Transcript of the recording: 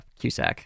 Cusack